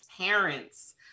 parents